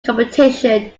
competition